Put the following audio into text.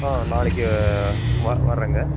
ஆ நாளைக்கு வ வர்றேங்க